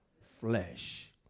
flesh